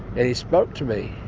and he spoke to me,